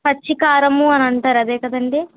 పచ్చికారం అని అంటారు అదే కదండి